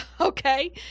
Okay